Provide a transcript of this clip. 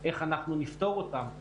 איך אנחנו נפתור אותם.